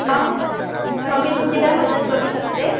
हां हां मी तुमची काय मदत करू शकते